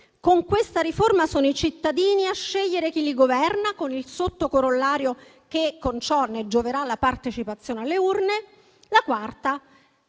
con questa riforma sono i cittadini a scegliere chi li governa (con il sotto-corollario che ciò gioverà alla partecipazione alle urne), ed